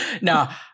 Now